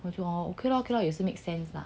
我就 oh okay lor okay lor 也是 make sense lah